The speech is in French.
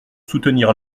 soutenir